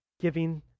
giving